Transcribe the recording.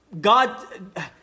God